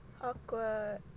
awkward